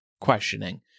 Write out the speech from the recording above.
questioning